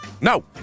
No